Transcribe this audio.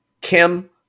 kim